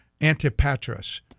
Antipatris